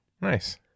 Nice